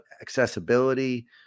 accessibility